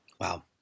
Wow